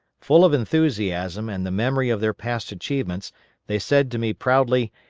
full of enthusiasm and the memory of their past achievements they said to me proudly,